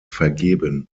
vergeben